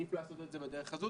עדיף לעשות את זה בדרך הזו.